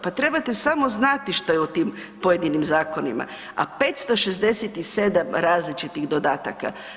Pa trebate samo znati što je u tim pojedinim zakonima, a 567 različitih dodataka.